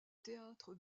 théâtre